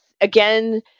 again